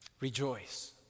rejoice